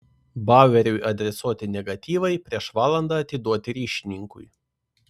baueriui adresuoti negatyvai prieš valandą atiduoti ryšininkui